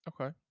okay